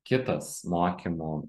kitas mokymų